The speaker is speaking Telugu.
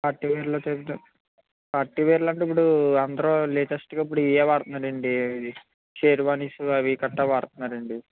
పార్టీవేర్లో పార్టీవేర్లో అంటే ఇప్పుడు అందరు లేటెస్ట్గా అందరూ ఇప్పుడు ఇవే వాడుతున్నారండి షేర్వానీసు అవి గట్రా వాడతున్నారండి